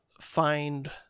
find